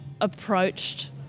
approached